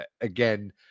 Again